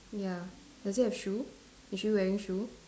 ya does it have shoe is she wearing shoe